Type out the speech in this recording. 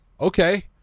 Okay